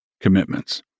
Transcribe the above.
commitments